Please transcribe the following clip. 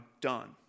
done